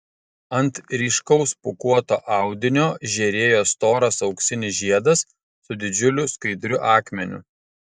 ant ryškaus pūkuoto audinio žėrėjo storas auksinis žiedas su didžiuliu skaidriu akmeniu